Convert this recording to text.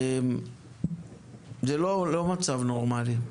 זה לא מצב נורמלי.